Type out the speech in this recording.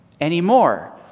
anymore